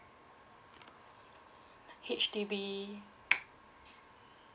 H_D_B